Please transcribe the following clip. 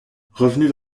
revenu